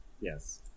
Yes